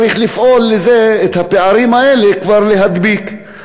צריך לפעול כדי להדביק את הפערים האלה.